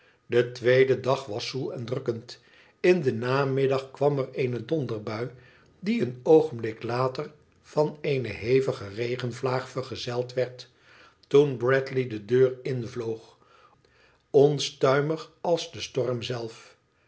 de tweede dag was zoel en drukkend in den namiddag kwam er eene donderbui die een oogenblik later van eene hevige regenvlaag vergezeld werd toen bradley de deur invloog onstuimig als de storm zelf